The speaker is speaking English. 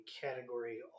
category